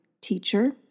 teacher